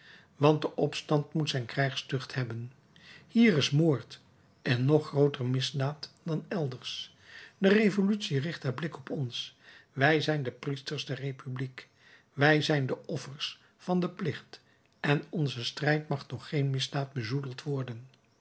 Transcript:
want de opstand moet zijn krijgstucht hebben hier is moord een nog grooter misdaad dan elders de revolutie richt haar blik op ons wij zijn de priesters der republiek wij zijn de offers van den plicht en onze strijd mag door geen misdaad bezoedeld worden